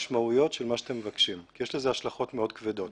המשמעויות של מה שאתם מבקשים כי יש לזה השלכות מאוד כבדות.